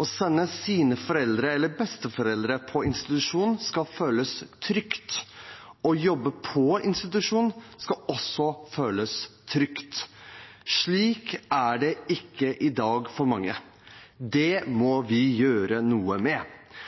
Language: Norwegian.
Å sende sine foreldre eller besteforeldre på institusjon skal føles trygt. Å jobbe på institusjon skal også føles trygt. Slik er det ikke i dag for mange. Det må vi gjøre noe med.